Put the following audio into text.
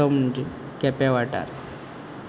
तो म्हणजे केपें वाटार